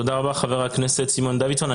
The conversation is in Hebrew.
תודה רבה, חבר הכנסת סימון דוידסון.